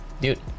Dude